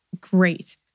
great